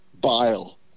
Bile